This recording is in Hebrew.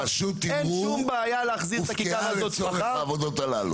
אין שום בעיה להחזיר את הכיכר למצבה הקודם,